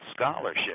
scholarship